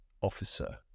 officer